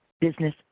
business